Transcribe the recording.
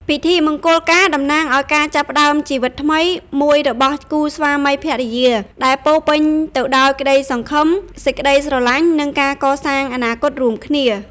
ពិធីមង្គលការតំណាងឱ្យ ការចាប់ផ្តើមជីវិតថ្មី មួយរបស់គូស្វាមីភរិយា ដែលពោរពេញទៅដោយក្តីសង្ឃឹម សេចក្តីស្រឡាញ់ និងការកសាងអនាគតរួមគ្នា ។